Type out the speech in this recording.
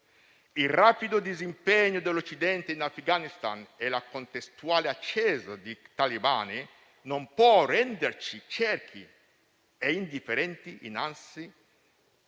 Il rapido disimpegno dell'Occidente in Afghanistan e la contestuale ascesa dei talebani non può renderci ciechi e indifferenti innanzi